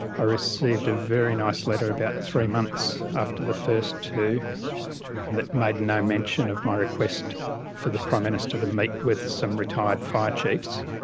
i received a very nice letter about three months after the first two that made no mention of my request for the prime minister to meet with some retired fire chiefs.